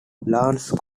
lance